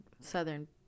southern